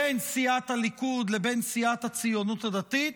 בין סיעת הליכוד לבין סיעת הציונות הדתית,